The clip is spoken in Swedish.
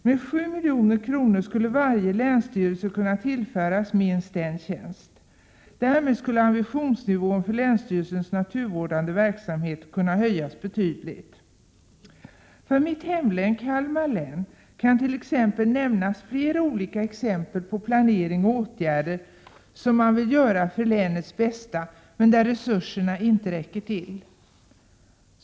Med 7 milj.kr. skulle varje länsstyrelse kunna tillföras minst en tjänst. Därmed skulle ambitionsnivån för länsstyrelsens naturvårdande verksamhet kunna höjas betydligt. Från mitt hemlän, Kalmar län, kan nämnas flera olika exempel på planering och åtgärder som man vill göra för länets bästa men där resurserna inte räcker till.